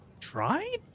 tried